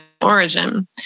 origin